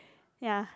ya